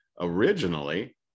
originally